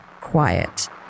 quiet